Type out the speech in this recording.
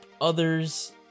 others